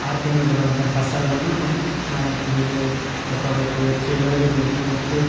ಆರು ತಿಂಗಳು ಬರುವಂತಹ ಫಸಲನ್ನು ನಾಲ್ಕು ತಿಂಗಳಿಗೆ ತಗೋ ಬೇಕು ಹೆಚ್ಚು ಇಳುವರಿ ಬೇಕು ಹೆಚ್ಚು